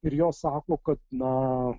ir jo sako kad na